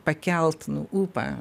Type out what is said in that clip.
pakelt ūpą